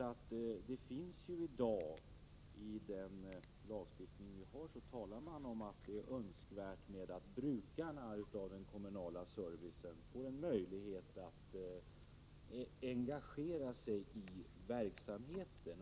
I den lagstiftning vi har talas det om att det är önskvärt att brukarna av den kommunala servicen får en möjlighet att engagera sig i verksamheten.